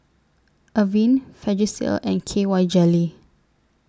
Avene Vagisil and K Y Jelly